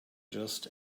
just